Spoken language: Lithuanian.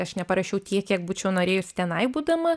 aš neparašiau tiek kiek būčiau norėjusi tenai būdama